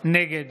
נגד